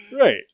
right